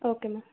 okay ma'am